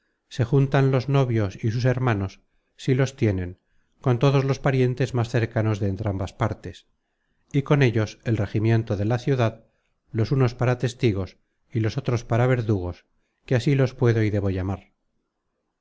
se juntan los novios y sus hermanos si los tienen con todos los parientes más cercanos de content from google book search generated at entrambas partes y con ellos el regimiento de la ciudad los unos para testigos y los otros para verdugos que así los puedo y debo llamar